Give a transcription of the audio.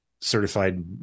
certified